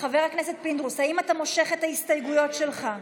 האם אתה מושך את ההסתייגויות שלך?